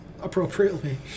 appropriately